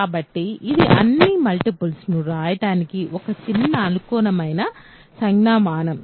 కాబట్టి ఇది అన్ని మల్టిపుల్స్ ను వ్రాయడానికి ఒక చిన్న అనుకూలమైన సంజ్ఞామానం